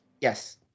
Yes